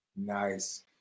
nice